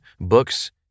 books